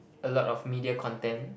a lot of media content